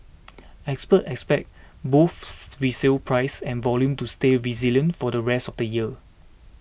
experts expect both resale prices and volume to stay resilient for the rest of the year